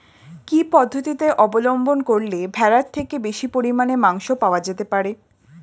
কি পদ্ধতিতে অবলম্বন করলে ভেড়ার থেকে বেশি পরিমাণে মাংস পাওয়া যেতে পারে?